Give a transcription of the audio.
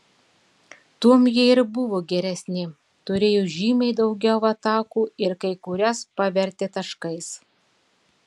tuom jie ir buvo geresni turėjo žymiai daugiau atakų ir kai kurias pavertė taškais